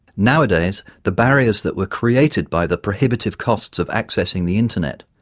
nowadays the barriers that were created by the prohibitive costs of accessing the internet,